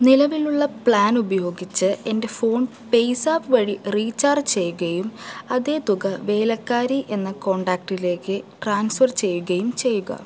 നിലവിലുള്ള പ്ലാൻ ഉപയോഗിച്ച് എൻ്റെ ഫോൺ പേയ്സാപ്പ് വഴി റീചാർജ് ചെയ്യുകയും അതേ തുക വേലക്കാരി എന്ന കോൺടാക്റ്റിലേക്ക് ട്രാൻസ്ഫർ ചെയ്യുകയും ചെയ്യുക